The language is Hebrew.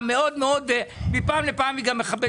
מאוד מאוד ומפעם לפעם היא גם מכבדת אותי.